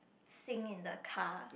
sing in the car